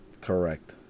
Correct